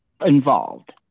involved